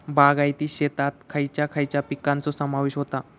बागायती शेतात खयच्या खयच्या पिकांचो समावेश होता?